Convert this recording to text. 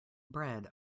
bread